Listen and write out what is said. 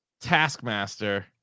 taskmaster